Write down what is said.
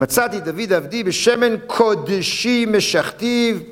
מצאתי דוד עבדי בשמן קודשי משכתיו